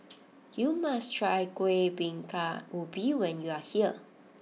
you must try Kuih Bingka Ubi when you are here